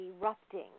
erupting